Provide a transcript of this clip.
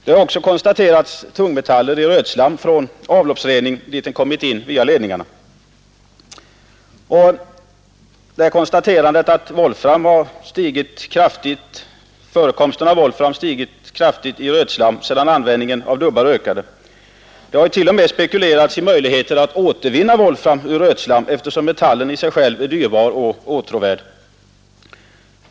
Man har också konstaterat förekomst av tungmetaller i rötslamm från avloppsrening, dit den kommit in via ledningarna. Det har konstaterats att bl.a. halten av volfram i rötslam har stigit kraftigt sedan användningen av dubbar ökade. Man har t.o.m. spekulerat i möjligheten att återvinna volfram ur rötslam, eftersom metallen i sig själv är dyrbar och åtråvärd.